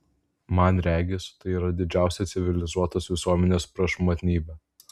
man regis tai yra didžiausia civilizuotos visuomenės prašmatnybė